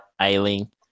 Ailing